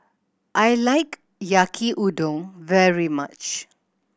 I like Yaki Udon very much